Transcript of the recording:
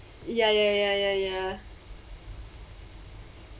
ya ya ya ya ya